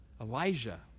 Elijah